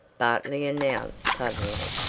bartley announced suddenly.